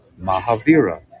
Mahavira